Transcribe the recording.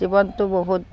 জীৱনটো বহুত